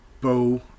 Bo